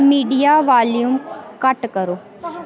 media volume घट्ट करो